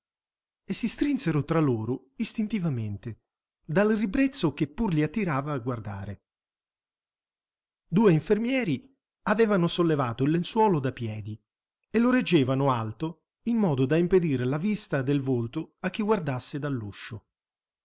e si strinsero tra loro istintivamente dal ribrezzo che pur li attirava a guardare due infermieri avevano sollevato il lenzuolo da piedi e lo reggevano alto in modo da impedir la vista del volto a chi guardasse dall'uscio